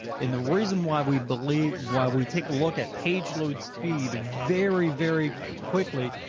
and the reason why we believe, why we take a look at page load speed very, very quickly,